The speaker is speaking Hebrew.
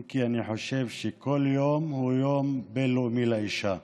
אם כי אני חושב שכל יום הוא יום בין-לאומי לאישה.